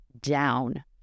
down